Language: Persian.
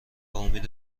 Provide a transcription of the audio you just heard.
امید